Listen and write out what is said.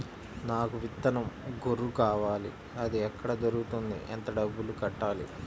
నాకు విత్తనం గొర్రు కావాలి? అది ఎక్కడ దొరుకుతుంది? ఎంత డబ్బులు కట్టాలి?